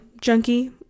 junkie